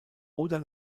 oder